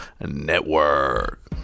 Network